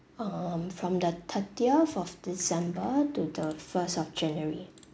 um from the thirtieth of december to the first of january